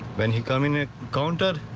then he coming ah gone dead,